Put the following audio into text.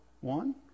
one